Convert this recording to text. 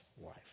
wife